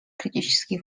критически